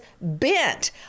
bent